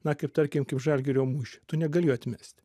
na kaip tarkim kaip žalgirio mūšį to negali jo atmest